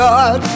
God